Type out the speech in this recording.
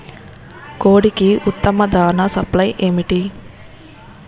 కోడికి ఉత్తమ దాణ సప్లై ఏమిటి?